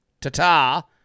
ta-ta